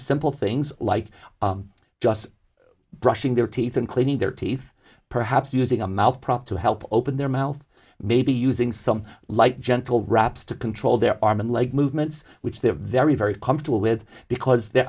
simple things like just brushing their teeth and cleaning their teeth perhaps using a mouth prop to help open their mouth maybe using some light gentle wraps to control their arm and leg movements which they're very very comfortable with because they're